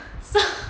so